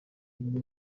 ine